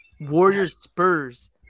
Warriors-Spurs